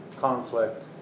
conflict